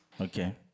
Okay